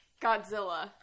Godzilla